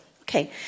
Okay